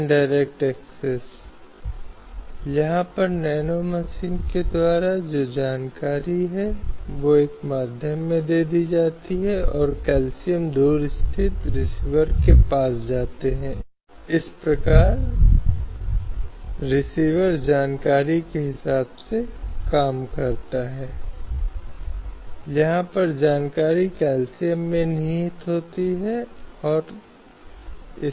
लेकिन इसके अलावा अन्य कानून के विधि नियम में इसे लागू करने के संदर्भ में ऐसे कोई दायित्व नहीं हैं जब तक कि अदालत एक बार एक या दूसरे संवैधानिक प्रावधान के तहत इन मौलिक कर्तव्यों को पढ़ने के लिए तैयार नहीं है और जो अदालती क़ानून में लागू होने के रूप में स्थापित करने की कोशिश करता है